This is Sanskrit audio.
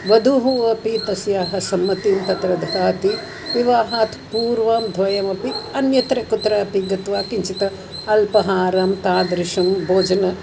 वधुः अपि तस्याः सम्मतिं तत्र ददाति विवाहात् पूर्वं द्वयमपि अन्यत्र कुत्रापि गत्वा किञ्चित् अल्पाहारं तादृशं भोजनम्